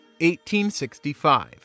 1865